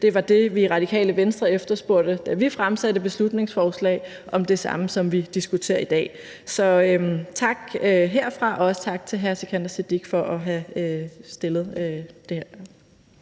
Det var det, vi i Radikale Venstre efterspurgte, da vi fremsatte et beslutningsforslag om det samme, som vi diskuterer i dag. Så tak herfra, og også tak til hr. Sikandar Siddique for at stille den her